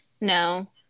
No